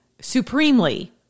supremely